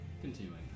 continuing